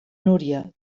núria